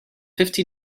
fifty